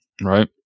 right